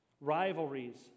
Rivalries